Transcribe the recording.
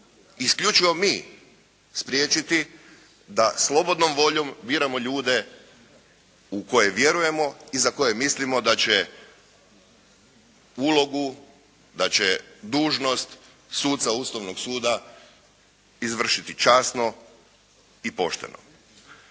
isključivo mi spriječiti da slobodnom voljom biramo ljude u koje vjerujemo i za koje mislimo da će ulogu, da će dužnost suca Ustavnog suda izvršiti časno i pošteno.